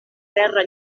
terra